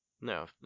no